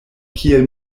kiel